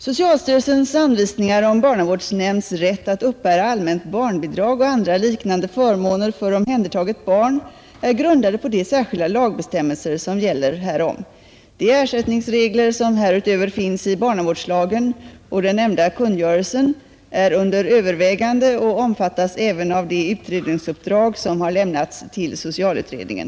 Socialstyrelsens anvisningar om barnavårdsnämnds rätt att uppbära allmänt barnbidrag och andra liknande förmåner för omhändertaget barn är grundade på de särskilda lagbestämmelser som gäller härom. De ersättningsregler, som härutöver finns i barnavårdslagen och den nämnda kungörelsen, är under övervägande och omfattas även av det utredningsuppdrag som har lämnats till socialutredningen.